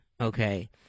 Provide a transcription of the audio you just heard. okay